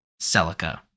Celica